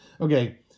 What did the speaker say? Okay